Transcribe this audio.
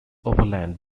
overland